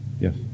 Yes